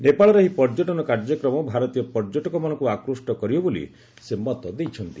ନେପାଳର ଏହି ପର୍ଯ୍ୟଟନ କାର୍ଯ୍ୟକ୍ରମ ଭାରତୀୟ ପର୍ଯ୍ୟଟକମାନଙ୍କୁ ଆକୃଷ୍ଣ କରିବ ବୋଲି ସେ ମତ ଦେଇଛନ୍ତି